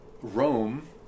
Rome